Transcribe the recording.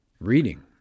reading